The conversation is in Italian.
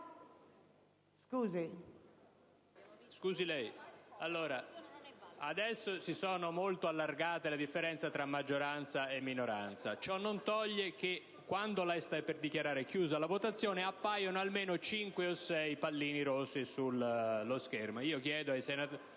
Presidente, adesso si sono molto allargate le differenze tra maggioranza e minoranza, ma ciò non toglie che, quando lei sta per dichiarare chiusa la votazione, appaiono almeno cinque o sei luci rosse in più sullo schermo: